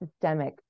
systemic